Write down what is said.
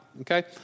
Okay